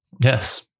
Yes